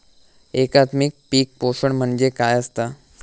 एकात्मिक पीक पोषण म्हणजे काय असतां?